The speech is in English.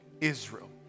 Israel